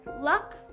luck